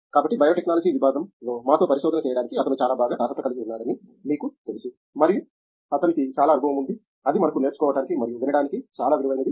కాబట్టి బయోటెక్నాలజీ విభాగంలో మాతో పరిశోధన చేయడానికి అతను చాలా బాగా అర్హత కలిగి ఉన్నాడని మీకు తెలుసు మరియు అతనికి చాలా అనుభవం ఉంది అది మనకు నేర్చుకోవటానికి మరియు వినడానికి చాలా విలువైనది